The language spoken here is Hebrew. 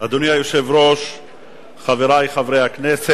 נגד, נמנע אחד.